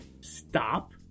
stop